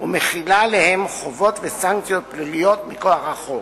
ומחילה עליהם חובות וסנקציות פליליות מכוח החוק.